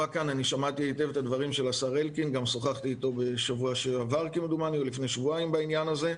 שמעתי היטב את דבריו של השר אלקין גם שוחחתי אתו בעניין הזה,